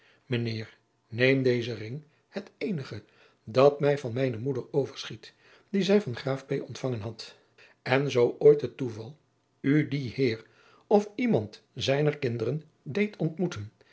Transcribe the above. eer neem dezen ring het eenige dat mij van mijne moeder overschiet dien zij van den raaf ontvangen had en zoo ooit het toeval u dien eer of iemand zijner kinderen deed ontmoeten